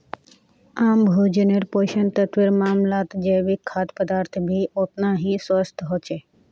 आम भोजन्नेर पोषक तत्वेर मामलाततजैविक खाद्य पदार्थ भी ओतना ही स्वस्थ ह छे